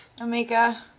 Amika